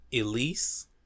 Elise